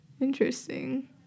Interesting